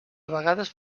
vegades